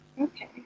Okay